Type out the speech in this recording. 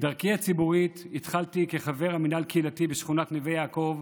את דרכי הציבורית התחלתי כחבר המינהל הקהילתי בשכונת נווה יעקב.